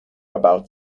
about